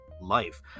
Life